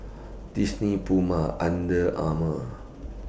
Disney Puma Under Armour